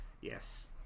Yes